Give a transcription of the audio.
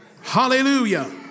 Hallelujah